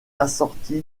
assorti